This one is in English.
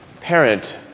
parent